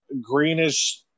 greenish